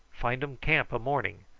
findum camp a morning.